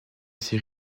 ces